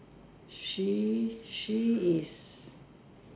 she she is